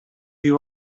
you